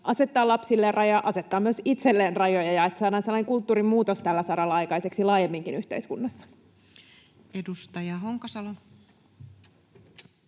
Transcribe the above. asettaa lapsille raja, asettaa myös itselleen rajoja ja että saadaan kulttuurin muutos tällä saralla aikaiseksi laajemminkin yhteiskunnassa. [Speech 160]